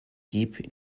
deep